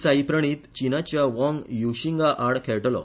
साई प्रणीत चिनाच्या व्हांग युशियांगा आड खेळटलो